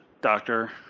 doctor